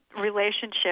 relationship